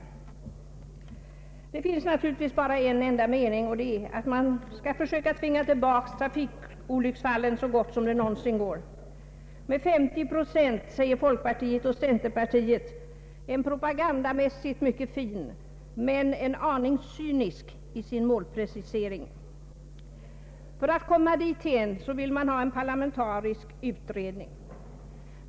Alla är naturligtvis ense om att man skall försöka minska trafikolycksfallen så gott som det någonsin går — med 50 procent säger folkpartiet och centerpartiet; en propagandamässigt fin men en aning cynisk målprecisering. För att komma dithän vill man ha en parlamentarisk utredning.